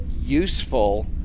useful